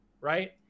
right